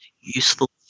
useful